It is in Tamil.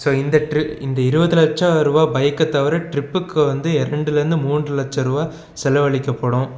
ஸோ இந்த ட்ரி இந்த இருபது லட்சரூபா பைக்கை தவிர ட்ரிப்புக்கு வந்து ரெண்டில் இருந்து மூன்று லட்ச ரூபா செலவளிக்கப்படும்